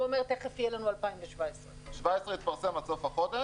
הוא אומר שתכף יהיה לנו 2017. 2017 יתפרסם עד סוף החודש.